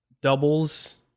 doubles